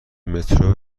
مترو